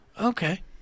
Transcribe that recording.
Okay